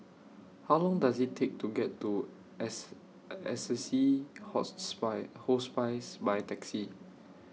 How Long Does IT Take to get to ass Assisi Hospice By Taxi